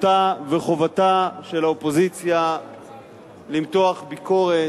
זכותה וחובתה של האופוזיציה למתוח ביקורת,